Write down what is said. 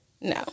No